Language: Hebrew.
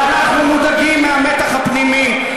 ואנחנו מודאגים מהמתח הפנימי,